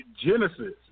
Genesis